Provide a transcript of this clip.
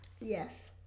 Yes